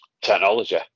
technology